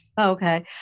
Okay